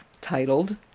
titled